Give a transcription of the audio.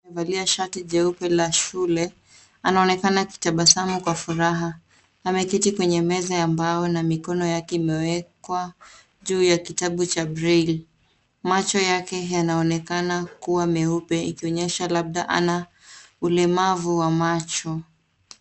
Amevalia shati jeupe la shule, anaonekana akitabasamu kwa furaha. Ameketi kwenye meza ya mbao na mikono yake imewekwa juu ya kitabu cha Braille . Macho yake yanaonekana kuwa meupe, ikionyesha labda ana ulemavu wa macho.